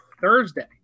thursday